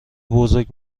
بزرگ